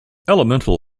elemental